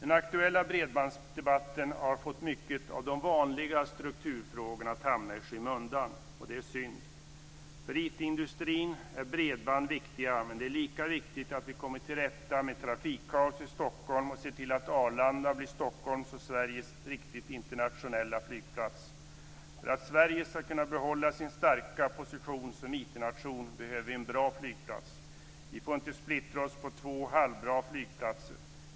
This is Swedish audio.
Den aktuella bredbandsdebatten har fått mycket av de vanliga strukturfrågorna att hamna i skymundan. Det är synd. För IT-industrin är bredband viktigt, men det är lika viktigt att vi kommer till rätta med trafikkaoset i Stockholm och ser till att Arlanda blir Stockholms och Sveriges riktiga internationella flygplats. För att Sverige ska kunna behålla sin starka position som IT nation behöver vi en bra flygplats.